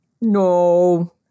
No